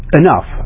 enough